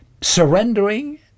surrendering